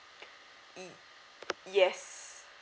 E yes